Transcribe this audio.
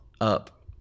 up